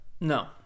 No